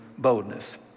boldness